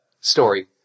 story